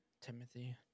Timothy